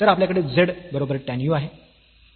तर आपल्याकडे z बरोबर tan u आहे